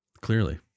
Clearly